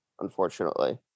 unfortunately